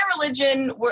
religion